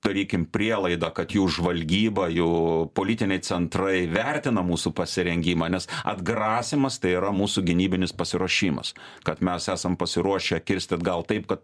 darykim prielaidą kad jų žvalgyba jų politiniai centrai vertina mūsų pasirengimą nes atgrasymas tai yra mūsų gynybinis pasiruošimas kad mes esam pasiruošę kirsti atgal taip kad